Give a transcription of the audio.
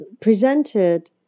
presented